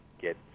get